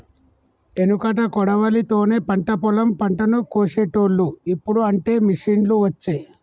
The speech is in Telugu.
ఎనుకట కొడవలి తోనే పంట పొలం పంటను కోశేటోళ్లు, ఇప్పుడు అంటే మిషిండ్లు వచ్చే